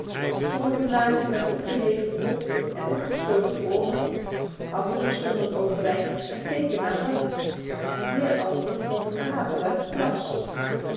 sommige lagen met opgeheven kop en opgestoken oren andere stonden overeind en keken naar buck weer andere dronken water uit de plas